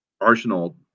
arsenal